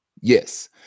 Yes